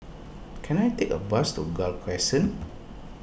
can I take a bus to Gul Crescent